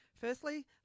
Firstly